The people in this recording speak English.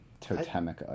totemic